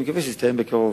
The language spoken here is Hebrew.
אני מקווה שזה יסתיים בקרוב.